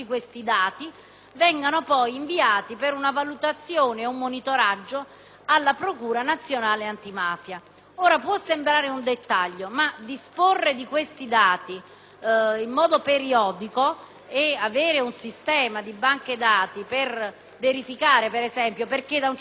Può sembrare un dettaglio, ma disporre di questi dati in modo periodico ed avere un sistema di banche dati per verificare, ad esempio, perché da un certo territorio partono determinate operazioni - magari sempre da uno specifico territorio, o sempre